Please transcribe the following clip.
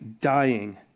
dying